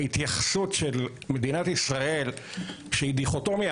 ההתייחסות של מדינת ישראל שהיא דיכוטומיה,